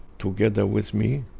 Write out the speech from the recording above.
together with me,